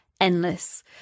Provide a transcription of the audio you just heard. endless